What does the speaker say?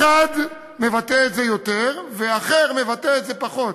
אחד מבטא את זה יותר ואחר מבטא את זה פחות,